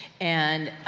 and,